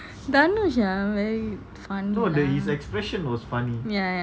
Dhanush very funny lah ya ya